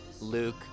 Luke